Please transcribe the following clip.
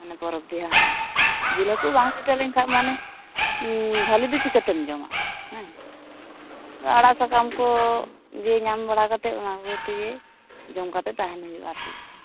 ᱚᱱᱟ ᱯᱚᱨᱚᱵᱽ ᱯᱤᱦᱟᱹ ᱦᱚᱸ ᱡᱤᱞ ᱦᱟᱹᱠᱩ ᱵᱟᱝ ᱡᱩᱴᱟᱹᱣ ᱞᱮᱱᱠᱷᱟᱱ ᱢᱟᱱᱮ ᱵᱷᱟᱞᱮ ᱫᱚ ᱪᱤᱠᱟᱹ ᱛᱮᱢ ᱡᱚᱢᱟ ᱦᱮᱸ ᱟᱲᱟᱜ ᱥᱟᱠᱟᱢ ᱠᱚ ᱜᱮ ᱧᱟᱢ ᱵᱟᱲᱟ ᱠᱟᱛᱮ ᱚᱱᱟ ᱠᱚ ᱛᱮᱜᱮ ᱡᱚᱢ ᱠᱟᱛᱮ ᱛᱟᱦᱮᱱ ᱦᱩᱭᱩᱜᱼᱟ ᱟᱨ ᱪᱮᱫ